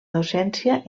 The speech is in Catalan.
docència